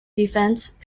defense